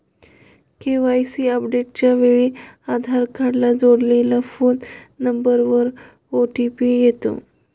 KYC अपडेटच्या वेळी आधार कार्डला जोडलेल्या फोन नंबरवर ओ.टी.पी येतो